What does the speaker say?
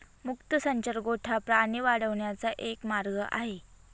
मुक्त संचार गोठा प्राणी वाढवण्याचा एक मार्ग आहे